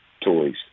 toys